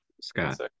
Scott